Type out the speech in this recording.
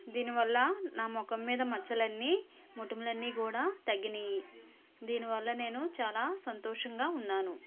దీనివల్ల నా ముఖం మీద మచ్చలన్నీ మొటిమలన్నీ కూడా తగ్గినాయి దీనివల్ల నేను చాలా సంతోషంగా ఉన్నాను